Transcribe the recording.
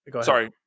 Sorry